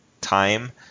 time